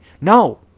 No